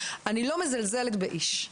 אני לא מזלזלת באיש.